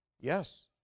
Yes